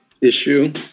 issue